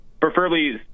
preferably